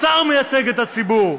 השר מייצג את הציבור.